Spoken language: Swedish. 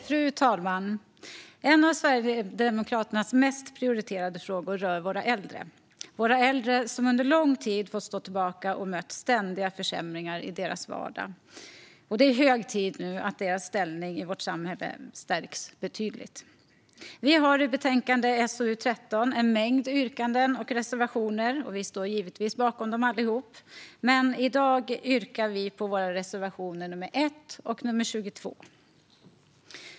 Fru talman! En av Sverigedemokraternas mest prioriterade frågor rör våra äldre, som under lång tid har fått stå tillbaka och fått möta ständiga försämringar i sin vardag. Det är hög tid att deras ställning i vårt samhälle stärks betydligt. Sverigedemokraterna har i betänkande SoU13 en mängd yrkanden och reservationer. Vi står givetvis bakom allihop, men i dag yrkar jag bifall till våra reservationer 1 och 22.